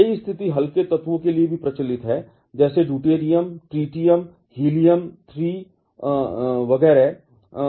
यही स्थिति हल्के तत्वों के लिए भी प्रचलित है जैसे ड्यूटेरियम ट्रिटियम हीलियम 3 वगैरह